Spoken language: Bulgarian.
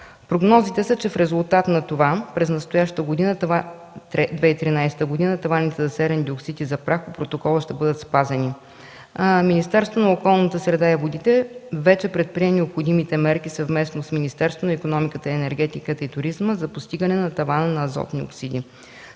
Прогнозите са, че в резултат на това през настоящата 2013 г. таваните за серен диоксид и прах от протокола ще бъдат спазени. Министерството на околната среда и водите вече предприе необходимите мерки съвместно с Министерството на икономиката, енергетиката и туризма за достигане на тавана на азотни оксиди.